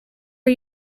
are